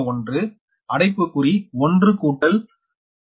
01 அடைப்புக்குறி 1 கூட்டல் 3